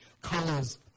Colors